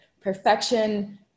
Perfection